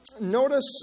notice